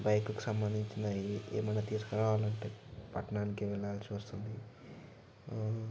బైకుకు సంబంధించినవి ఏమైనా తీసుకురావాలి అంటే పట్టణానికి వెళ్ళాల్సి వస్తుంది